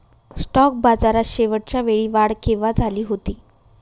Stock बाजारात शेवटच्या वेळी वाढ केव्हा झाली होती?